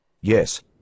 Yes